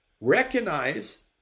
recognize